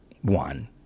One